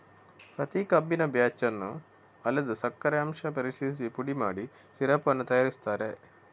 ಪ್ರತಿ ಕಬ್ಬಿನ ಬ್ಯಾಚ್ ಅನ್ನು ಅಳೆದು ಸಕ್ಕರೆ ಅಂಶ ಪರಿಶೀಲಿಸಿ ಪುಡಿ ಮಾಡಿ ಸಿರಪ್ ಅನ್ನು ತಯಾರಿಸುತ್ತಾರೆ